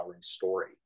story